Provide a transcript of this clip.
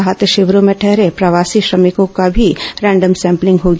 राहत शिविरों में ठहरे प्रवासी श्रमिकों की भी रैंडम सैंपलिंग होंगी